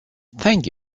thank